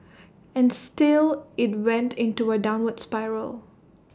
and still IT went into A downward spiral